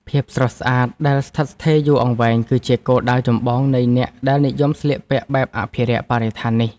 ភាពស្រស់ស្អាតដែលស្ថិតស្ថេរយូរអង្វែង គឺជាគោលដៅចម្បងនៃអ្នកដែលនិយមស្លៀកពាក់បែបអភិរក្សបរិស្ថាននេះ។